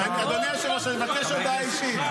אדוני היושב-ראש, אני מבקש הודעה אישית.